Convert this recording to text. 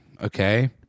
okay